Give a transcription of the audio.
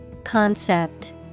Concept